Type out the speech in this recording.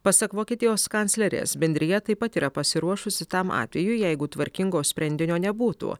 pasak vokietijos kanclerės bendrija taip pat yra pasiruošusi tam atvejui jeigu tvarkingo sprendinio nebūtų